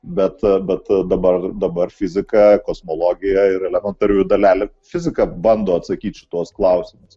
bet bet dabar dabar fizika kosmologija ir elementariųjų dalelių fizika bando atsakyt šituos klausimus